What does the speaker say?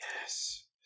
Yes